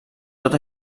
tot